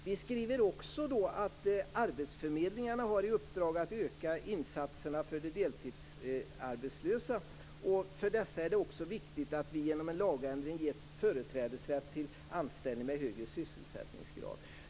Vi skriver också att arbetsförmedlingarna har i uppdrag att öka insatserna för de deltidsarbetslösa, och för dessa är det också viktigt att vi genom en lagändring ger företrädesrätt till anställning med högre sysselsättningsgrad.